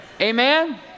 Amen